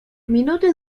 minuty